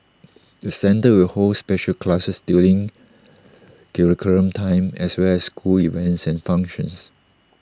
the centre will hold special classes during curriculum time as well as school events and functions